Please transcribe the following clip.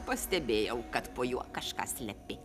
pastebėjau kad po juo kažką slepi